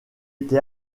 été